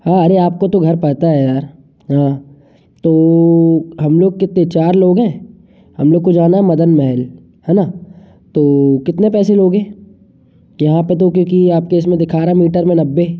हाँ अरे आपको तो घर पता है यार हाँ तो हम लोग कितने चार लोग है हम लोग को जाना मदन महल हैना तो कितना पैसे लोगे यहाँ पे तो क्योंकि आपके इसमें दिखा रहा है मीटर में नब्बे